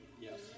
Yes